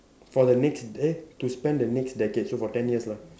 for the next eh to spend the next decade so for ten years lah